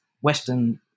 Western